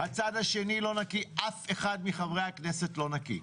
הצד השני לא נקי אף אחד מחברי הכנסת לא נקי.